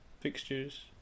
Fixtures